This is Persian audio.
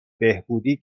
بهبودی